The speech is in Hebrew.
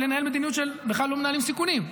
לנהל מדיניות שבכלל לא מנהלים סיכונים,